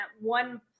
one